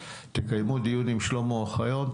תקיימו דיון עם שלמה אוחיון,